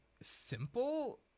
simple